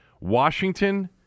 Washington